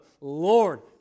Lord